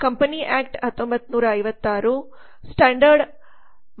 company act 1956